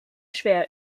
schwer